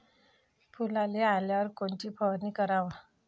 फुलाले आल्यावर कोनची फवारनी कराव?